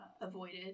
avoided